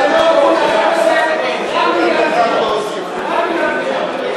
דונם אחד לא הוסיפו, רק בגללכם, רק בגללכם.